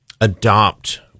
adopt